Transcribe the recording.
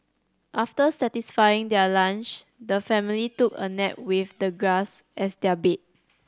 after satisfying their lunch the family took a nap with the grass as their bed